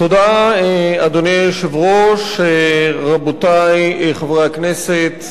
אדוני היושב-ראש, תודה, רבותי חברי הכנסת,